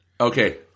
Okay